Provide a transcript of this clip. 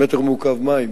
החל מ-1 בינואר 2010,